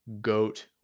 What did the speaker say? Goat